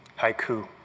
haiku.